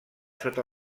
sota